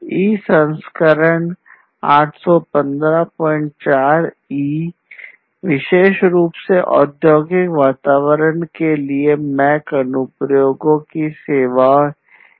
ई संस्करण आदि उपयोग के लिए है